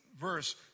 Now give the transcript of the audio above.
verse